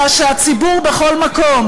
אלא שהציבור בכל מקום,